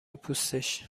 پوستش